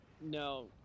no